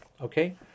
Okay